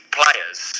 players